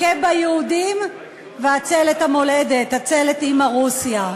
הכה ביהודים והצל את המולדת, הצל את אימא רוסיה.